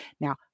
Now